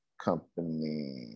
company